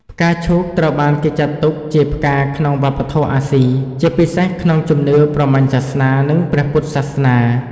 ផ្កាឈូកត្រូវបានគេចាត់ទុកជាផ្កាក្នុងវប្បធម៌អាស៊ី ជាពិសេសក្នុងជំនឿព្រហ្មញ្ញសាសនា និងព្រះពុទ្ធសាសនា។